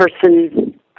person